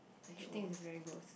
she thinks it's very gross